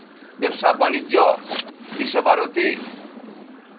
ᱵᱮᱵᱽᱥᱟ ᱵᱟᱱᱤᱡᱽᱡᱚ ᱵᱤᱥᱥᱚ ᱵᱷᱟᱨᱚᱛᱤ